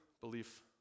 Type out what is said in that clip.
belief